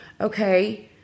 okay